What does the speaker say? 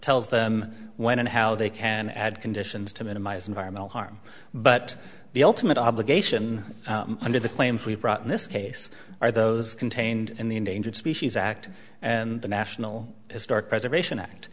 tells them when and how they can add conditions to minimize environmental harm but the ultimate obligation under the claims we brought in this case are those contained in the endangered species act and the national historic preservation act